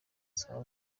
saba